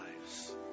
lives